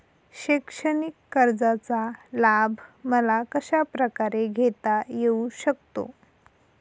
शैक्षणिक कर्जाचा लाभ मला कशाप्रकारे घेता येऊ शकतो?